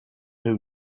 who